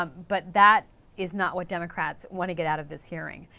um but that is not what democrats want to get out of this hearing.